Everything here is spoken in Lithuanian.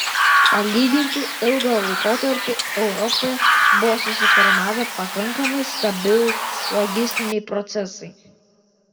palyginti ilgą laikotarpį europoje buvo susiformavę pakankamai stabilūs logistiniai procesai